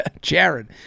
Jared